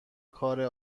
کار